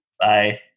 Bye